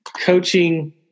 coaching